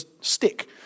stick